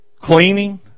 Cleaning